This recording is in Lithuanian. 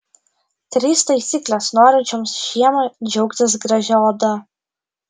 trys taisyklės norinčioms žiemą džiaugtis gražia oda